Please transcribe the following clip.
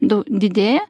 dau didėja